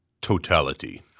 totality